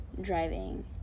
driving